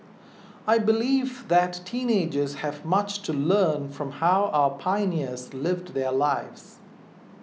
I believe that teenagers have much to learn from how our pioneers lived their lives